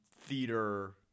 theater